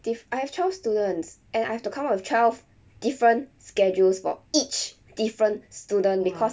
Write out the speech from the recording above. dif~ I have twelve students and I have to come up with twelve different schedules for each different students because